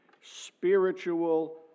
spiritual